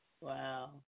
Wow